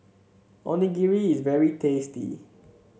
onigiri is very tasty